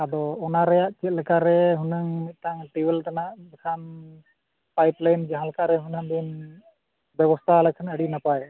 ᱟᱫᱚ ᱚᱱᱟ ᱨᱮᱭᱟᱜ ᱪᱮᱫ ᱞᱮᱠᱟᱨᱮ ᱦᱩᱱᱟᱹᱝ ᱢᱤᱫᱴᱟᱝ ᱴᱮᱵᱤᱞ ᱨᱮᱱᱟᱜ ᱢᱤᱫᱴᱟᱝ ᱯᱟᱭᱤᱯ ᱞᱟᱭᱤᱱ ᱡᱟᱦᱟᱸ ᱞᱮᱠᱟᱨᱮ ᱦᱩᱱᱟᱹᱝ ᱵᱤᱱ ᱵᱮᱵᱚᱥᱛᱷᱟ ᱟᱞᱮ ᱠᱷᱟᱱ ᱟᱹᱰᱤ ᱱᱟᱯᱟᱭ